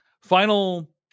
final